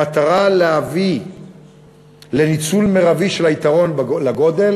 במטרה להביא לניצול מרבי של יתרון הגודל.